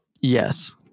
Yes